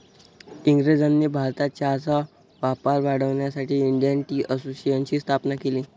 इंग्रजांनी भारतात चहाचा वापर वाढवण्यासाठी इंडियन टी असोसिएशनची स्थापना केली